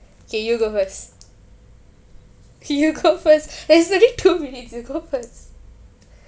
kay you go first you go first there's only two minutes you go first